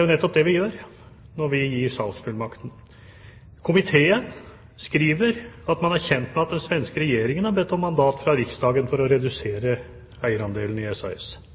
jo nettopp det vi gjør når vi gir salgsfullmakten. Komiteen skriver at man er kjent med at den svenske regjeringen har bedt om mandat fra Riksdagen for å redusere eierandelen i